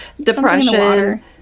depression